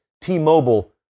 T-Mobile